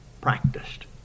practiced